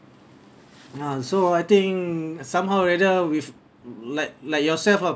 nah so I think somehow rather with like like yourself ah